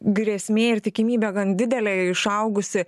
grėsmė ir tikimybė gan didelė išaugusi